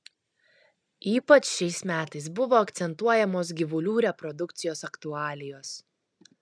ypač šiais metais buvo akcentuojamos gyvulių reprodukcijos aktualijos